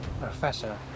Professor